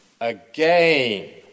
Again